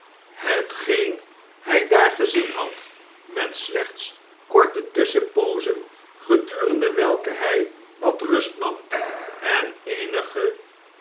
hetgeen hjj daar gezien had met slechts korte tnsschenpoozen gedurende welke hjj wat rust nam en eenige